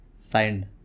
signed